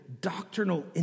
doctrinal